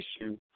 issue